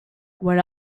when